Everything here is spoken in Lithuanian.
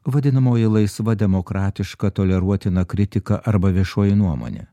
vadinamoji laisva demokratiška toleruotina kritika arba viešoji nuomonė